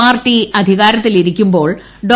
party അധികാരത്തിലിരിക്കുമ്പോൾ ഡോ